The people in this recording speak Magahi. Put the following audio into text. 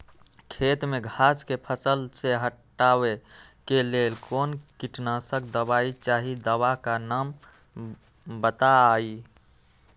खेत में घास के फसल से हटावे के लेल कौन किटनाशक दवाई चाहि दवा का नाम बताआई?